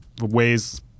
ways